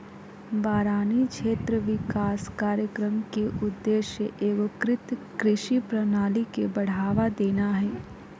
बारानी क्षेत्र विकास कार्यक्रम के उद्देश्य एगोकृत कृषि प्रणाली के बढ़ावा देना हइ